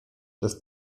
das